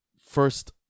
first